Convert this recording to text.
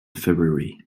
february